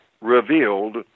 revealed